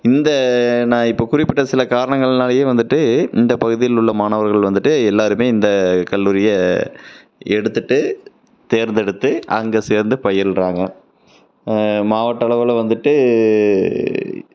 இந்த நான் இப்போ குறிப்பிட்ட சில காரணங்கள்னாலேயே வந்துவிட்டு இந்த பகுதியில் உள்ள மாணவர்கள் வந்துவிட்டு எல்லோருமே இந்த கல்லூரியை எடுத்துட்டு தேர்ந்தெடுத்து அங்கே சேர்ந்து பயில்கிறாங்க மாவட்ட அளவில் வந்துவிட்டு